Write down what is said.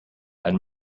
and